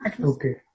Okay